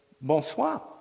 bonsoir